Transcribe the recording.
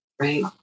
Right